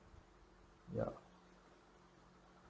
yeah